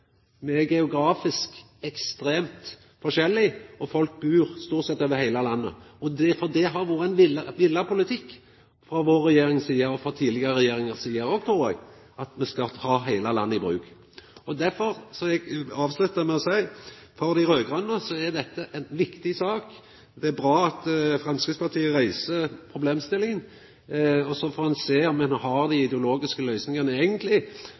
Me er geografisk ekstremt forskjellig, og folk bur stort sett over heile landet. Det har vore ein vilja politikk frå vår regjering si side, og frå tidlegare regjeringar si side òg, trur eg, at me skal ta heile landet i bruk. Derfor vil eg avslutta med å seia: For dei raud-grøne er dette ei viktig sak. Det er bra at Framstegspartiet reiser problemstillinga. Så får ein sjå om ein har dei ideologiske løysingane,